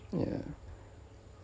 ya